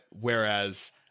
whereas